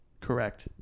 Correct